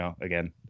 Again